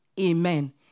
amen